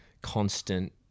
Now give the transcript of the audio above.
constant